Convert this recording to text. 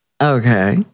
okay